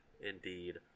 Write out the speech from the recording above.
indeed